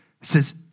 says